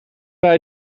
bij